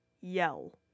yell